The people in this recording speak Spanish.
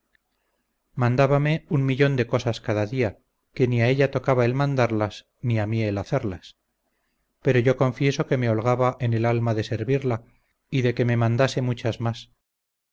mandábame un millón de cosas cada día que ni a ella tocaba el mandarlas ni a mí el hacerlas pero yo confieso que me holgaba en el alma de servirla y de que me mandase muchas más